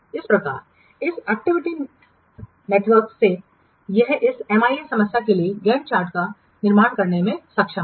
इस प्रकार इस एक्टिविटी नेटवर्क से हम इस MIS समस्या के लिए गैंट चार्ट का निर्माण करने में सक्षम हैं